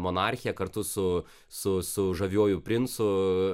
monarchiją kartu su su su žaviuoju princu